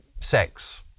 sex